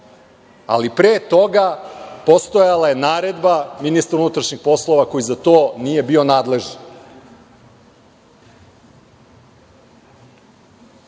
ali pre toga postojala je naredba ministra unutrašnjih poslova koji za to nije bio